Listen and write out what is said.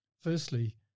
Firstly